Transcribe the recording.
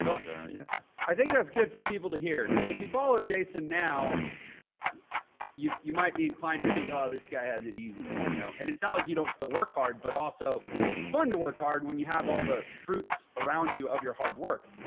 yeah i think that's good for people to hear because if you follow jason, now you you might be inclined to think, oh, this guy has it easy. you know? and it's not like you don't still work hard, but also it's fun to work hard when you have all the fruits around you of your hard work,